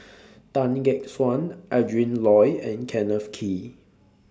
Tan Gek Suan Adrin Loi and Kenneth Kee